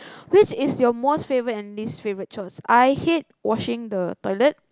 which is your most favourite and least favourite chores I hate washing the toilet